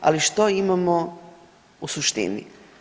Ali što imamo u suštini?